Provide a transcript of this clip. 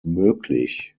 möglich